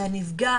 והנפגע